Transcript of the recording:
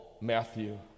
Matthew